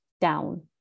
down